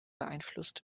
beeinflusst